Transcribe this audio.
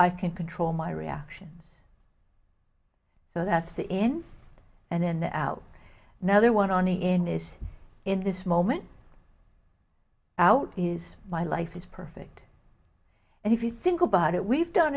i can control my reactions so that's the in and out now they want on me in this in this moment out is my life is perfect and if you think about it we've done